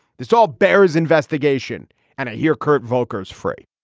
this all bears investigation and i hear curt volcker's free